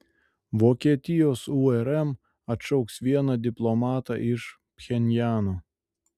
vokietijos urm atšauks vieną diplomatą iš pchenjano